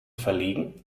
verlegen